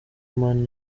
man